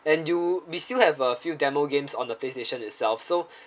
and you we still have a few demo games on the playstation itself so